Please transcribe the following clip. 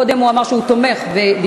קודם הוא אמר שהוא תומך ודיבר,